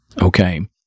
Okay